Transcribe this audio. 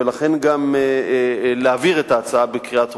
ולכן גם אני מציע להעביר את ההצעה בקריאה טרומית.